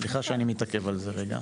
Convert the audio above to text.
סליחה שאני מתעכב על זה רגע.